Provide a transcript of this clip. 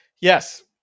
Yes